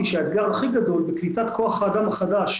שהאתגר הכי גדול בקליטת כוח האדם החדש,